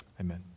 Amen